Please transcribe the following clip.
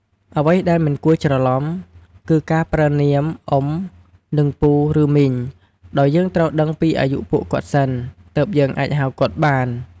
អ្វីដែលមិនគួរច្រឡំគឺ ការប្រើនាម "អ៊ុំ" និង "ពូ ឬ មីង" ដោយយើងត្រូវដឹងពីអាយុពួកគាត់សិន ទើបយើងអាចហៅគាត់បាន។